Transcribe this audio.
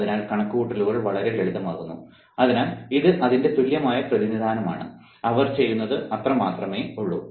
അതിനാൽ കണക്കുകൂട്ടലുകൾ വളരെ ലളിതമാകുന്നു അതിനാൽ ഇത് അതിന്റെ തുല്യമായ പ്രതിനിധാനമാണ് അവർ ചെയ്യുന്നത് അത്രമാത്രം ഒള്ളൂ